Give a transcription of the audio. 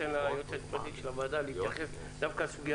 אתן ליועצת המשפטית של הוועדה להתייחס גם לסוגיה